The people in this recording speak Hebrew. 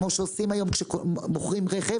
כמו שעושים היום כשמוכרים רכב